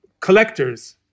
collectors